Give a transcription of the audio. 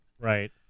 Right